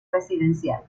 residencial